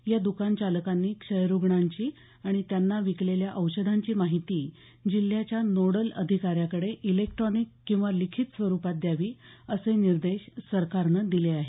या दुकान चालकांनी क्षयरुग्णांची आणि त्यांना विकलेल्या औषधांची माहिती जिल्ह्याच्या नोडल अधिकाऱ्याकडे इलेक्ट्रॉनिक किंवा लिखित स्वरूपात द्यावी असे निर्देश सरकारनं दिले आहेत